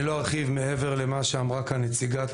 אני לא ארחיב מעבר למה שאמרה כאן נציגת